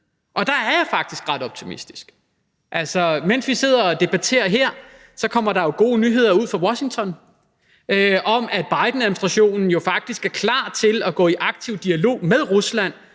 Der er jeg faktisk ret optimistisk. Mens vi sidder og debatterer her, kommer der jo gode nyheder ud fra Washington om, at Bidenadministrationen jo faktisk er klar til at gå i aktiv dialog med Rusland